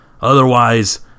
Otherwise